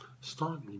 Start